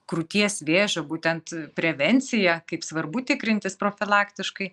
krūties vėžio būtent prevenciją kaip svarbu tikrintis profilaktiškai